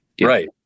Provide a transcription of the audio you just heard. Right